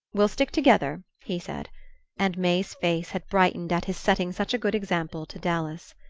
we'll stick together, he said and may's face had brightened at his setting such a good example to dallas.